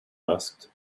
asked